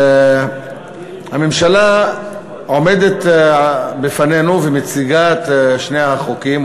הממשלה עומדת בפנינו ומציגה את שני החוקים,